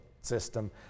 system